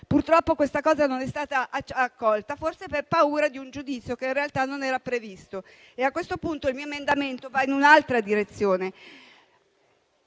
Purtroppo questa idea non è stata accolta, forse per paura di un giudizio che in realtà non era previsto. A questo punto il mio emendamento va in un'altra direzione: